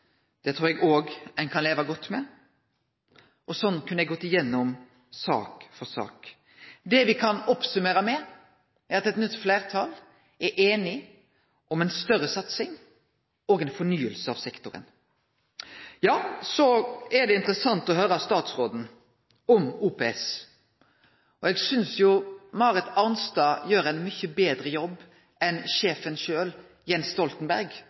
Det trur eg òg ein kan leve godt med. Sånn kunne eg ha gått igjennom sak for sak. Det me kan summere opp med, er at eit nytt fleirtal er einig om ei større satsing og ei fornying av sektoren. Så er det interessant å høyre statsråden om OPS. Eg synest jo Marit Arnstad gjer ein mykje betre jobb enn sjefen sjølv, Jens Stoltenberg,